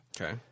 Okay